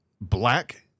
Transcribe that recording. Black